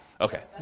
Okay